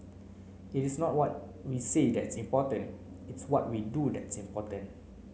it is not what we say that's important it's what we do that's important